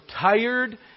tired